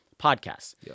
podcasts